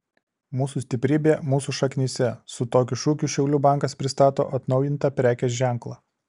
mūsų stiprybė mūsų šaknyse su tokiu šūkiu šiaulių bankas pristato atnaujintą prekės ženklą